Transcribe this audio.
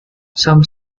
some